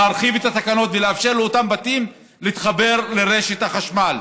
להרחיב את התקנות ולאפשר לאותם בתים להתחבר לרשת החשמל.